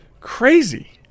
crazy